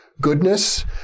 goodness